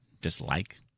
dislike